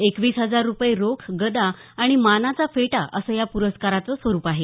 एकवीस हजार रुपये रोख गदा आणि मानाचा फेटा असं या प्रस्काराचं स्वरूप आहे